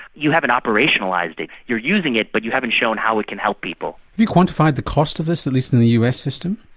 you haven't operationalised it, you're using it but you haven't shown how it can help people. have you quantified the cost of this, at least in the us system?